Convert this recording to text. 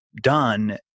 done